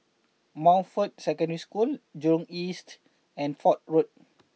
Montfort Secondary School Jurong East and Fort Road